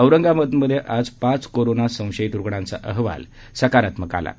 औरंगाबाद मध्ये आज पाच कोरोना संशयित रूग्णांचा अहवाल सकारात्मक आला आहे